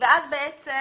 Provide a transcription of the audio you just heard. אז בעצם